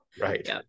Right